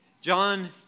John